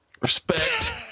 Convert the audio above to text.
respect